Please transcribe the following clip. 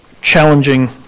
challenging